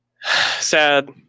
sad